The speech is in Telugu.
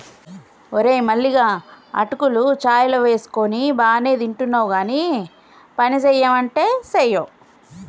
ఓరే మల్లిగా అటుకులు చాయ్ లో వేసుకొని బానే తింటున్నావ్ గానీ పనిసెయ్యమంటే సెయ్యవ్